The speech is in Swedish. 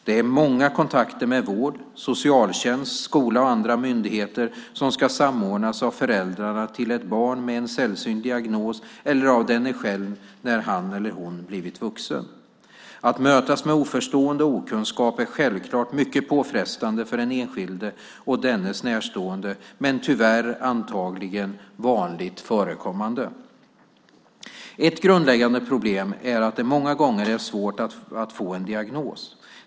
Det är många kontakter med vård, socialtjänst, skola och andra myndigheter som ska samordnas av föräldrarna till ett barn med en sällsynt diagnos eller av denne själv när han eller hon blivit vuxen. Att mötas med oförstående och okunskap är självklart mycket påfrestande för den enskilde och dennes närstående men tyvärr antagligen vanligt förekommande. Ett grundläggande problem är att det många gånger är svårt att få en diagnos.